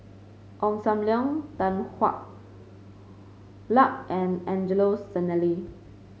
Ong Sam Leong Tan Hwa Luck and Angelo Sanelli